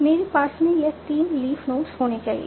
मेरे पार्स में यह 3 लीफ के नोड्स होने चाहिए